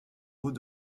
hauts